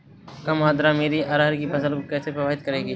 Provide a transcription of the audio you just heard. कम आर्द्रता मेरी अरहर की फसल को कैसे प्रभावित करेगी?